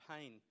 pain